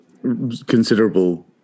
considerable